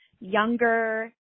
younger